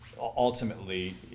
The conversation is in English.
ultimately